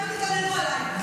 לכי תתלונני עליי.